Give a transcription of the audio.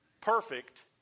perfect